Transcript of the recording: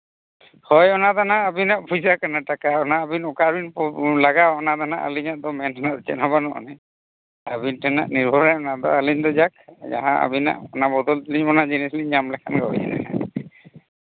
ᱦᱳᱭ ᱚᱱᱟᱫᱚ ᱦᱟᱸᱜ ᱟᱹᱵᱤᱱᱟᱭ ᱯᱚᱭᱥᱟ ᱠᱟᱱᱟ ᱴᱟᱠᱟ ᱚᱱᱟ ᱟᱹᱵᱤᱱ ᱚᱠᱟ ᱵᱤᱱ ᱞᱟᱜᱟᱣᱟ ᱚᱱᱟ ᱫᱚ ᱦᱟᱸᱜ ᱟᱹᱞᱤᱧᱟᱜ ᱫᱚ ᱢᱮᱱ ᱨᱮᱱᱟᱜ ᱪᱮᱫ ᱦᱚᱸ ᱵᱟᱹᱱᱩᱜ ᱟᱹᱱᱤᱡ ᱟᱹᱵᱤᱱ ᱴᱷᱮᱱ ᱱᱤᱨᱵᱷᱚᱨᱟᱭ ᱟᱹᱞᱤᱧ ᱫᱚ ᱡᱟᱠ ᱡᱟᱦᱟᱸ ᱟᱹᱵᱤᱱᱟᱜ ᱚᱱᱟ ᱵᱚᱫᱚᱞ ᱛᱮᱞᱤᱧ ᱦᱟᱸᱜ ᱡᱤᱱᱤᱥ ᱞᱤᱧ ᱧᱟᱢ ᱞᱮᱠᱷᱟᱱ ᱜᱮ ᱦᱩᱭ ᱮᱱᱟ